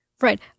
Right